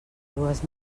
dues